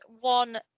one